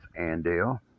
Andale